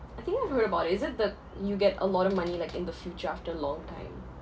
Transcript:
I think I've heard about it is it the you get a lot of money like in the future after a long time